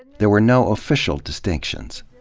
there were no official distinctions.